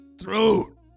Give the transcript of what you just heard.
throat